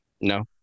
No